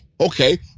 Okay